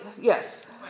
yes